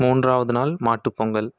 மூன்றாவது நாள் மாட்டுப் பொங்கல்